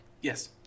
yes